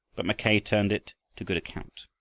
but mackay turned it to good account.